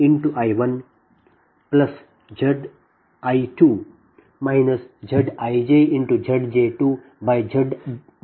ನೀವು ಅದನ್ನು 24 ಮತ್ತು 23 ಸಮೀಕರಣದಿಂದ ಬದಲಿಸಿದರೆ